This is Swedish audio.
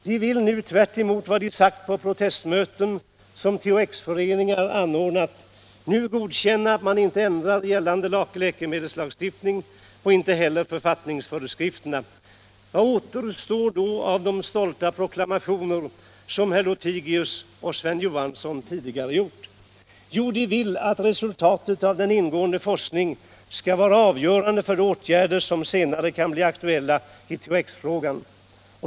De vill nu, tvärtemot vad de har sagt på protestmöten som THX-föreningar anordnat, godkänna att man inte ändrar gällande läkemedelslagstiftning och författningsföreskrifterna. Vad återstår då av de stolta proklamationer som herr Lothigius och herr Sven Johansson tidigare gjort? Jo, de vill att resultatet av den ingående forskningen skall vara avgörande för de åtgärder som senare kan bli aktuella i THX-frågan.